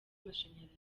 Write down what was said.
amashanyarazi